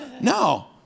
No